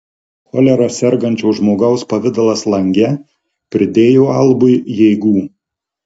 cholera sergančio žmogaus pavidalas lange pridėjo albui jėgų